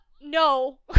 no